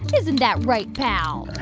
isn't that right, pal?